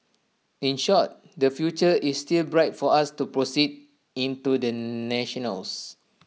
in short the future is still bright for us to proceed into the national's